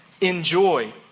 Enjoy